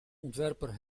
ontwerper